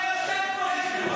פשוט מאוד שקרן.